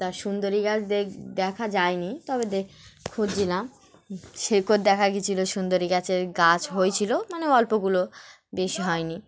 তা সুন্দরী গাছ দেখ দেখা যায়নি তবে দেখ খুঁজছিলাম শেকড় দেখা গিয়েছিলো সুন্দরী গাছের গাছ হয়েছিলো মানে অল্পগুলো বেশি হয়নি